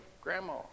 Grandma